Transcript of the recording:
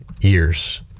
years